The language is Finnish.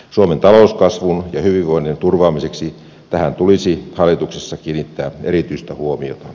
suomen talouskasvun ja hyvinvoinnin turvaamiseksi tähän tulisi hallituksessa kiinnittää erityistä huomiota